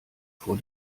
vor